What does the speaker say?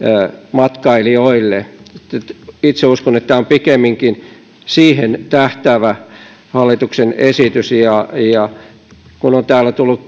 matkailijoille eli itse uskon että tämä on pikemminkin siihen tähtäävä hallituksen esitys kun täällä on tullut